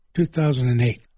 2008